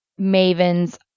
Maven's